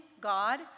God